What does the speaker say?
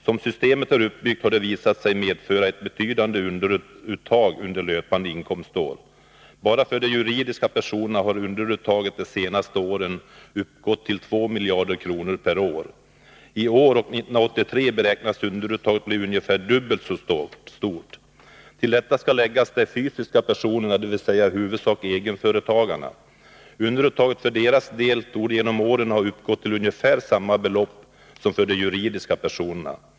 Som systemet är uppbyggt har det visat sig medföra ett betydande underuttag under löpande inkomstår. Bara för de juridiska personerna har underuttaget de senaste åren uppgått till 2 miljarder kronor per år. I år och 1983 beräknas underuttaget bli ungefär dubbelt så stort. Till detta skall läggas de fysiska personerna, dvs. i huvudsak egenföretagare. Underuttaget för deras del torde genom åren ha uppgått till ungefär samma belopp som för de juridiska personerna.